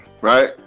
right